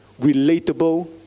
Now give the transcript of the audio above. relatable